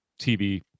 TV